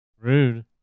Rude